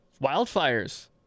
wildfires